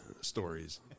stories